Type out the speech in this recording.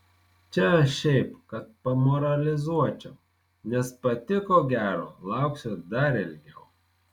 čia aš šiaip kad pamoralizuočiau nes pati ko gero lauksiu dar ilgiau